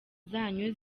zanyu